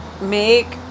make